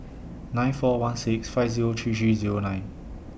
nine four one six five Zero three three Zero nine